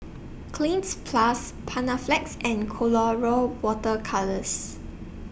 Cleanz Plus Panaflex and Colora Water Colours